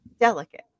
delicate